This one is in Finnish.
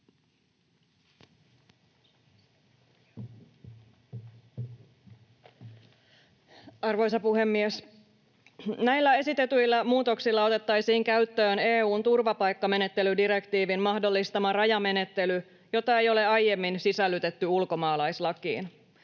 Arvoisa puhemies! Näillä esitetyillä muutoksilla otettaisiin käyttöön EU:n turvapaikkamenettelydirektiivin mahdollistama rajamenettely, jota ei ole aiemmin sisällytetty ulkomaalaislakiin.